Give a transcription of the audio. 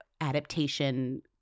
adaptation